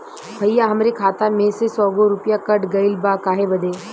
भईया हमरे खाता मे से सौ गो रूपया कट गइल बा काहे बदे?